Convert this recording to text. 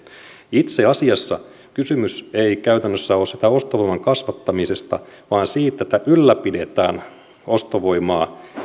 itse asiassa kysymys ei käytännössä ole siitä ostovoiman kasvattamisesta vaan siitä että ylläpidetään ostovoimaa